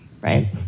right